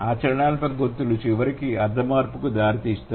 ఆచరణాత్మక గుర్తులు చివరికి అర్థ మార్పుకు దారితీస్తాయి